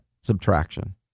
subtraction